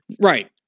right